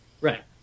right